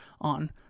on